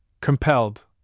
compelled